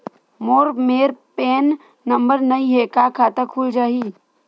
मोर मेर PAN number नई हे का खाता खुल जाही?